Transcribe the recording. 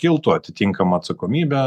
kiltų atitinkama atsakomybė